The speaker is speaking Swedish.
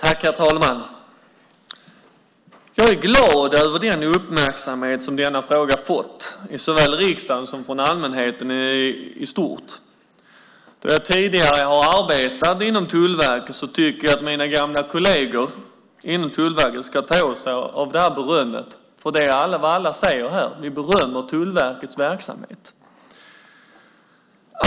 Herr talman! Jag är glad över den uppmärksamhet som denna fråga har fått såväl i riksdagen som hos allmänheten i stort. Då jag tidigare har arbetat inom Tullverket tycker jag att mina gamla kolleger inom Tullverket ska ta åt sig av det här berömmet. Det är nämligen vad alla ger här. Vi berömmer Tullverkets verksamhet.